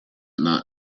not